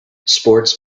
sports